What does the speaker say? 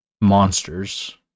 monsters